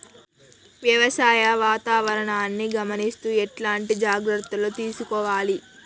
వ్యవసాయ వాతావరణాన్ని గమనిస్తూ ఎట్లాంటి జాగ్రత్తలు తీసుకోవాలే?